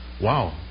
Wow